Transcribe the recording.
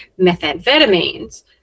methamphetamines